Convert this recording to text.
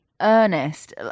earnest